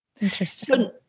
Interesting